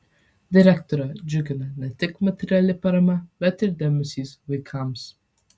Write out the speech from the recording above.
direktorę džiugina ne tik materiali parama bet ir dėmesys vaikams